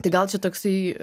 tai gal čia toksai